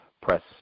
Press